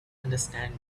understanding